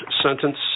sentence